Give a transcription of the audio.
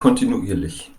kontinuierlich